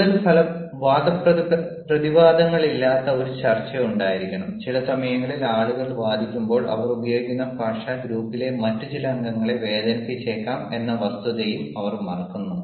കൂടുതൽ വാദപ്രതിവാദങ്ങളില്ലാത്ത ഒരു ചർച്ച ഉണ്ടായിരിക്കണം ചില സമയങ്ങളിൽ ആളുകൾ വാദിക്കുമ്പോൾ അവർ ഉപയോഗിക്കുന്ന ഭാഷ ഗ്രൂപ്പിലെ മറ്റ് ചില അംഗങ്ങളെ വേദനിപ്പിച്ചേക്കാം എന്ന വസ്തുതയും അവർ മറക്കുന്നു